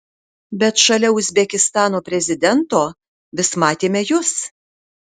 bet šalia uzbekistano prezidento vis matėme jus